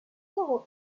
soul